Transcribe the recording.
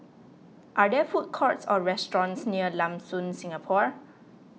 are there food courts or restaurants near Lam Soon Singapore